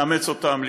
לאמץ אותם,